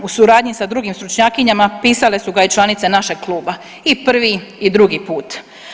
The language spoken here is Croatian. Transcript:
U suradnji sa drugim stručnjakinjama pisale su ga i članice našeg kluba i prvi i drugi put.